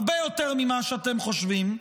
הרבה יותר ממה שאתם חושבים,